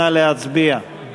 נא להצביע.